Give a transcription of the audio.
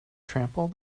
trample